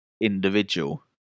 individual